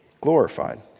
glorified